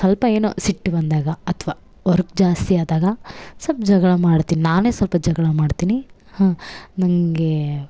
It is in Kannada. ಸ್ವಲ್ಪ ಏನೋ ಸಿಟ್ಟು ಬಂದಾಗ ಅಥ್ವ ವರ್ಕ್ ಜಾಸ್ತಿ ಆದಾಗ ಸ್ವಲ್ಪ್ ಜಗಳ ಮಾಡ್ತಿನಿ ನಾನೇ ಸ್ವಲ್ಪ ಜಗಳ ಮಾಡ್ತಿನಿ ಹ ನಂಗೇ